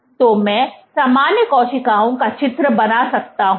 तो मैं समान कोशिकाओं का चित्र बना सकता हूं